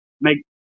make